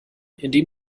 indem